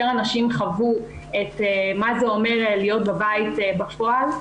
אנשים חוו מה זה אומר להיות בבית בפועל,